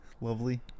Lovely